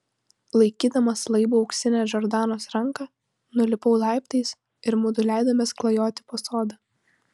laikydamas laibą auksinę džordanos ranką nulipau laiptais ir mudu leidomės klajoti po sodą